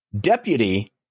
Deputy